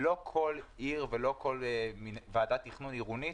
שלא כל עיר ולא כל ועדת תכנון עירונית